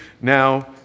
now